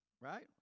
Right